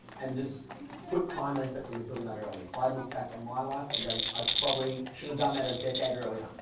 and just put time and effort into building that early. if i look back on my life, i go, i probably shoulda done that a decade earlier,